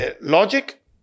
logic